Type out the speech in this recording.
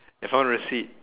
if I want receipt